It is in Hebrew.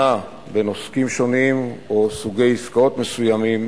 בין עוסקים שונים או סוגי עסקאות מסוימים